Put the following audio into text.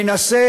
ומנסה